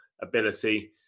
ability